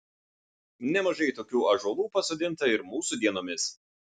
nemažai tokių ąžuolų pasodinta ir mūsų dienomis